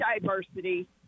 diversity